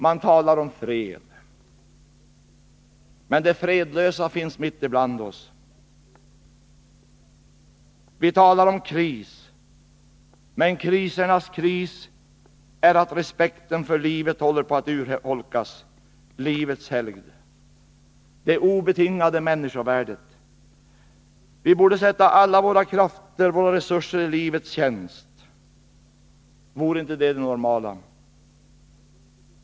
Många talar om fred, men de fredlösa finns mitt ibland oss. Vi talar om kris, men krisernas kris är att respekten för livets helgd och det obetingade människovärdet håller på att urholkas. Vi borde sätta alla våra krafter och resurser i livets tjänst. Vore inte det det normala?